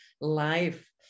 life